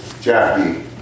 Jackie